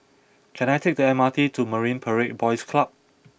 can I take the M R T to Marine Parade Boys Club